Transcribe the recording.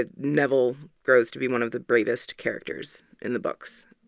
ah neville grows to be one of the bravest characters in the books.